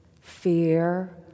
fear